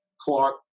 Clark